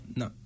no